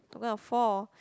i'm gonna fall